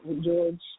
George